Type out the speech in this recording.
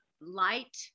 light